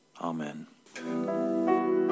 Amen